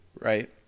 right